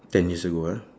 ten years ago ah